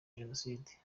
genocide